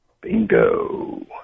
Bingo